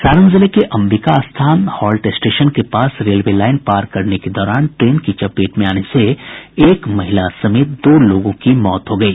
सारण जिले के Ambika Sthan halt station के पास रेलवे लाइन पार करने के दौरान ट्रेन की चपेट में आने से एक महिला समेत दो लोगों की मौत हो गयी